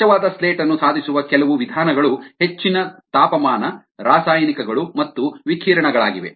ಸ್ವಚ್ಛವಾದ ಸ್ಲೇಟ್ ಅನ್ನು ಸಾಧಿಸುವ ಕೆಲವು ವಿಧಾನಗಳು ಹೆಚ್ಚಿನ ತಾಪಮಾನ ರಾಸಾಯನಿಕಗಳು ಮತ್ತು ವಿಕಿರಣಗಳಾಗಿವೆ